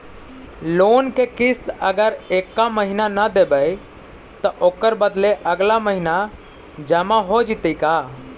Loan के किस्त अगर एका महिना न देबै त ओकर बदले अगला महिना जमा हो जितै का?